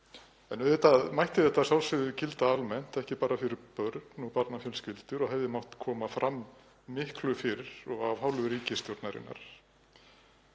mætti þetta gilda almennt, ekki bara fyrir börn og barnafjölskyldur, og hefði mátt koma fram miklu fyrr og af hálfu ríkisstjórnarinnar